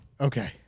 Okay